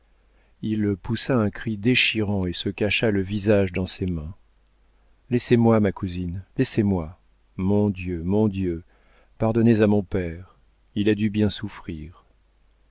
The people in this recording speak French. il poussa un cri déchirant et se cacha le visage dans ses mains laissez-moi ma cousine laissez-moi mon dieu mon dieu pardonnez à mon père il a dû bien souffrir